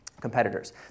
competitors